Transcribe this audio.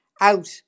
out